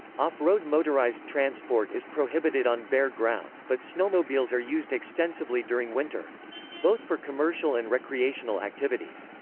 off-road motorized transport is prohibited on bare ground, but snowmobiles are used extensively during winter both for commercial and recreational activities.